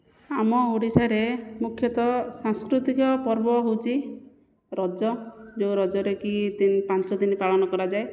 ଆମ ଓଡ଼ିଶାରେ ମୁଖ୍ୟତଃ ସାଂସ୍କୃତିକ ପର୍ବ ହେଉଛି ରଜ ଯେଉଁ ରଜରେକି ପାଞ୍ଚଦିନ ପାଳନ କରାଯାଏ